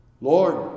Lord